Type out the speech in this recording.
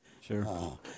Sure